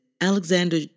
Alexander